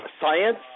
science